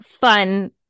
fun